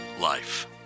life